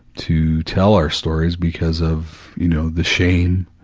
to tell our stories because of you know the shame,